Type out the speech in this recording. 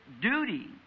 duty